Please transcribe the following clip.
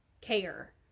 care